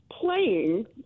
playing